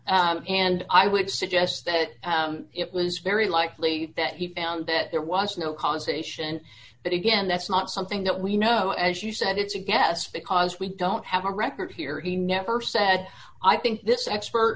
idea and i would suggest that it was very likely that he found that there was no causation but again that's not something that we know as you said it's a guess because we don't have a record here he never said i think this expert